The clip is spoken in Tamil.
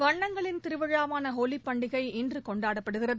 வண்ணங்களின் திருவிழாவான ஹோலி பண்டிகை இன்று கொண்டாடப்படுகிறது